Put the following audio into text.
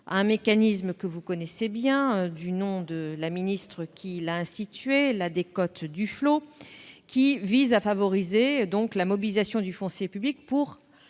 un mécanisme que vous connaissez bien, du nom de la ministre qui l'a institué, la « décote Duflot », visant à favoriser la mobilisation du foncier public pour